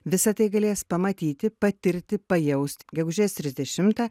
visa tai galės pamatyti patirti pajausti gegužės trisdešimtą